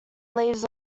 leaves